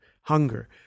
hunger –